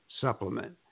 supplement